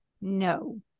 No